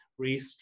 restructure